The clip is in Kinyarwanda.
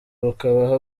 bukabaha